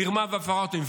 מרמה והפרת אמונים.